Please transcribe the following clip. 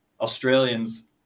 Australians